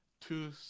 two